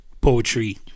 poetry